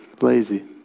lazy